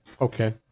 Okay